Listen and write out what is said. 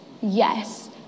Yes